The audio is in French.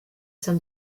sein